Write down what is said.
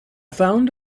found